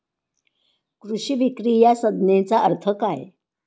कृषी विक्री या संज्ञेचा अर्थ काय?